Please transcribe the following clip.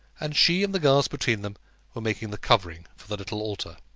and she and the girls between them were making the covering for the little altar.